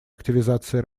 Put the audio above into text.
активизации